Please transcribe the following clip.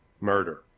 murder